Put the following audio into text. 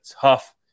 tough